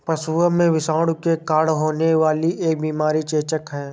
पशुओं में विषाणु के कारण होने वाली एक बीमारी चेचक है